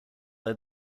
led